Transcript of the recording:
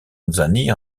tanzanie